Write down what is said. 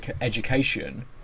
education